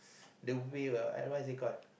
the wheel uh what is it called